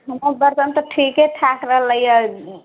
हमर बर्तन तऽ ठीके ठाक रहलैहँ